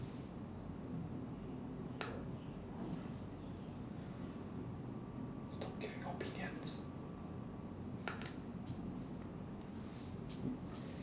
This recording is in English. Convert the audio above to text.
got opinions